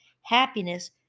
Happiness